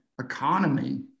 economy